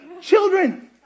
Children